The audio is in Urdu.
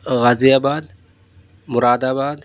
غازی آباد مراد آباد